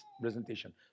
presentation